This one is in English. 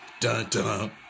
Dun-dun